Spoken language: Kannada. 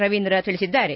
ರವೀಂದ್ರ ತಿಳಿಸಿದ್ದಾರೆ